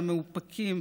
והמאופקים,